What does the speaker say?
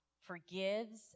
forgives